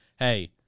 Hey